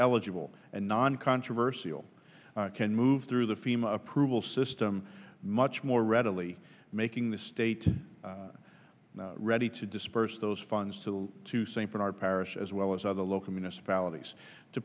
eligible and non controversial can move through the fema approval system much more readily making the state ready to disperse those funds to the to st bernard parish as well as other local municipalities to